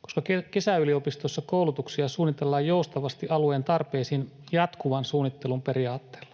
koska kesäyliopistoissa koulutuksia suunnitellaan joustavasti alueen tarpeisiin jatkuvan suunnittelun periaatteella.